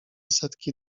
setki